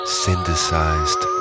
synthesized